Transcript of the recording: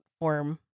form